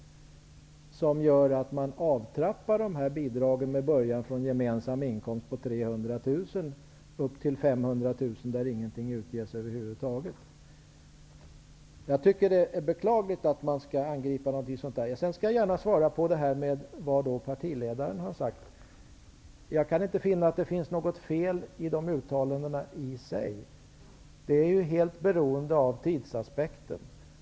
Förslaget innebär att man trappar ner bidragen med början från gemensam inkomst på 300 000 och upp till 500 000, där inga bidrag utges över huvud taget. Jag tycker att Johan Lönnroths angrepp är beklagligt. Jag vill också gärna svara på frågan om vad partiledaren har sagt. Jag kan inte finna att det i sig finns något fel i hans uttalanden. Tidsaspekten är ju helt avgörande.